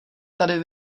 tady